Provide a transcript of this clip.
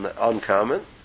uncommon